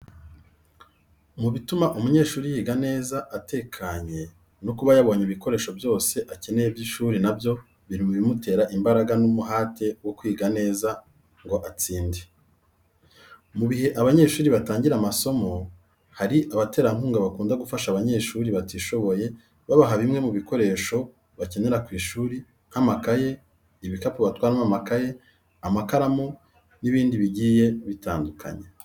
Mu bituma umunyeshuri yiga neza atekanye no kuba yabonye ibikoresho byose akeneye by'ishuri na byo biri mu bimutera imbaraga n'umuhate wo kwiga neza ngo atsinde. Mu bihe abanyeshuri batangira amasomo hari abaterankunga bakunda gufasha abanyeshuri batishoboye babaha bimwe mu bikoresho bakenera ku ishuri nk'amakaye, ibikapu batwaramo amakaye , amakaramu n'ibindi bigiye bitandukanye.